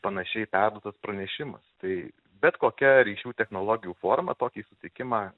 panašiai perduotas pranešimas tai bet kokia ryšių technologijų forma tokį sutikimą